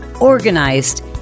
organized